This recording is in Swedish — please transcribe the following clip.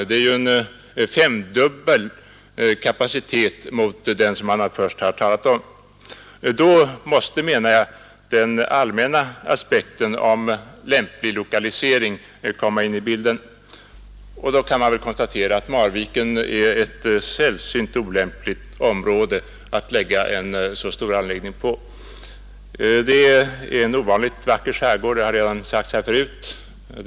Det blir ju en femdubbel kapacitet i jämförelse med den man först har talat om. Då måste, menar jag, den allmänna aspekten på lämplig lokalisering komma in i bilden, och i så fall kan man konstatera att Marviken är ett sällsynt olämpligt område att lägga en så stor anläggning i. Där finns en ovanligt vacker skärgård, vilket redan tidigare har sagts.